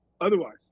otherwise